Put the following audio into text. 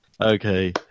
Okay